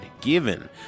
given